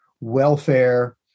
welfare